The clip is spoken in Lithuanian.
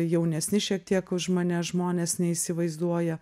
jaunesni šiek tiek už mane žmonės neįsivaizduoja